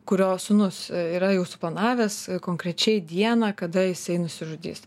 kurio sūnus yra jau suplanavęs konkrečiai dieną kada jisai nusižudys